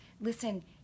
listen